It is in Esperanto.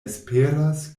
esperas